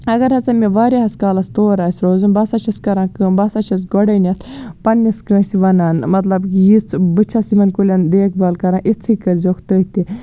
اگر ہسا مےٚ واریاہَس کالَس تور آسہِ روزُن بہٕ ہسا چھَس کران کٲم بہٕ ہسا چھَس گۄڈٕنٮ۪تھ پَنٛنِس کٲنٛسہِ وَنان مطلب یِژھ بہٕ چھَس یِمَن کُلٮ۪ن دیکھ بال کران اِژھٕے کٔرۍزیوکھ تُہۍ تہِ